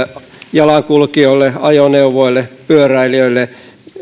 jalankulkijoille ajoneuvoille ja pyöräilijöille